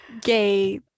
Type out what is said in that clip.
gay